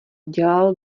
dělal